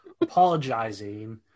apologizing